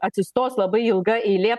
atsistos labai ilga eilė